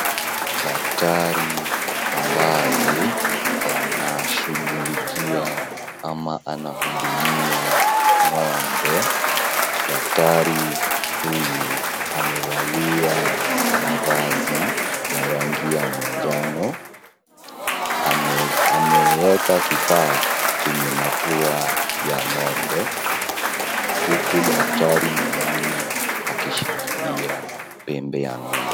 Daktari ambaye anashughulikia ama anahudumia ng'ombe. Daktari huyu amevalia mavazi ya rangi ya majano. Ameweka kifaa kwenye mapua ya ng'ombe huku daktari mwingine akishikilia pembe ya ng'ombe.